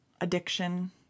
addiction